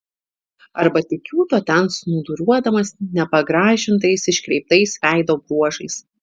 arba tik kiūto ten snūduriuodamas nepagražintais iškreiptais veido bruožais